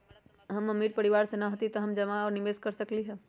हम अमीर परिवार से न हती त का हम जमा और निवेस कर सकली ह?